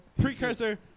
precursor